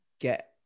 get